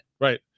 Right